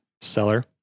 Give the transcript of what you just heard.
seller